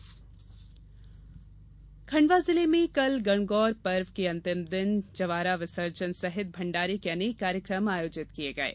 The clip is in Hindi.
गणगौर खंडवा जिले में कल गणगौर पर्व के अंतिम दिन जवारा विसर्जन सहित भण्डारे के अनेक कार्यक्रम आयोजित किये गये